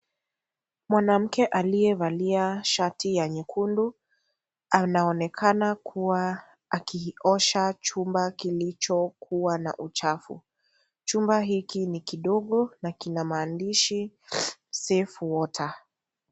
Mwanamke aliyevalia shati ya nyekundu anaonekana kuwa akiosha chumba kilicho kuwa na uchafu, chumba hiki ni kidogo na kina maandishi safe water.